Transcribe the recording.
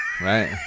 right